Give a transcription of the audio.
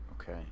okay